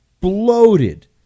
bloated